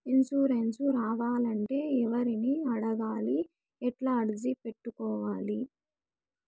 Insurance రావాలంటే ఎవర్ని అడగాలి? ఎట్లా అర్జీ పెట్టుకోవాలి?